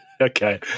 okay